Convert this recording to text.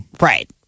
Right